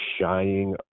shying